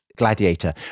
Gladiator